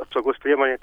apsaugos priemonė